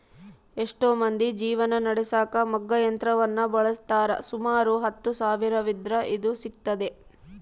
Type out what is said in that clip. ಎಷ್ಟೊ ಮಂದಿ ಜೀವನ ನಡೆಸಕ ಮಗ್ಗ ಯಂತ್ರವನ್ನ ಬಳಸ್ತಾರ, ಸುಮಾರು ಹತ್ತು ಸಾವಿರವಿದ್ರ ಇದು ಸಿಗ್ತತೆ